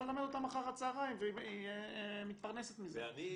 ללמד אותם אחר הצהריים והיא מתפרנסת מזה.